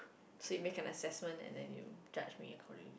should we make an assessment and then you judge me accordingly